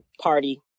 party